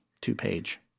two-page